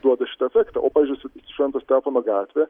duoda šitą efektą o pavyzdžiui švento stepono gatvė